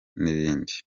n’ibindi